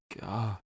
God